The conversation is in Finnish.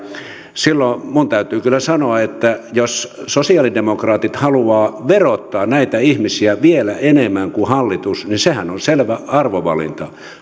silloin minun täytyy kyllä sanoa että jos sosialidemokraatit haluavat verottaa näitä ihmisiä vielä enemmän kuin hallitus niin sehän on selvä arvovalinta